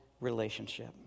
relationship